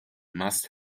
must